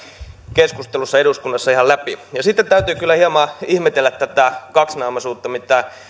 keskustelussa eduskunnassa tätä ihan läpi sitten täytyy kyllä hieman ihmetellä tätä kaksinaamaisuutta mitä